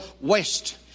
West